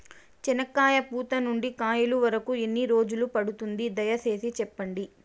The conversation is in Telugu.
చెనక్కాయ పూత నుండి కాయల వరకు ఎన్ని రోజులు పడుతుంది? దయ సేసి చెప్పండి?